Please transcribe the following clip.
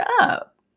up